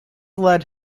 led